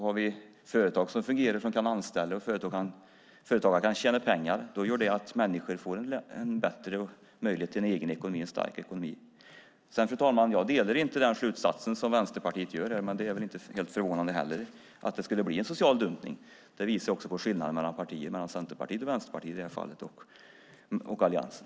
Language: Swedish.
Har vi företag som fungerar, som kan anställa och kan tjäna pengar får människor möjlighet till en bättre och egen stark ekonomi. Fru talman! Jag delar inte Vänsterpartiets slutsats att det skulle bli en social dumpning, men det är väl inte helt förvånande. Det visar på skillnaderna mellan partierna, i detta fall Centerpartiet, och Alliansen, och Vänsterpartiet.